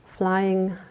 flying